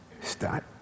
start